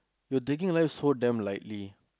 you're taking life so damn lightly